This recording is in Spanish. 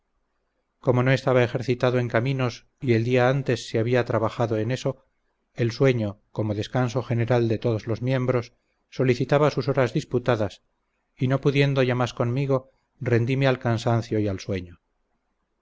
como no estaba ejercitado en caminos y el día antes se había trabajado en eso el sueño como descanso general de todos los miembros solicitaba sus horas diputadas y no pudiendo ya más conmigo rendime al cansancio y al sueño